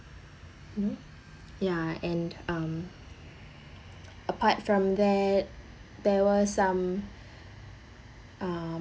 ya and um apart from that there were some um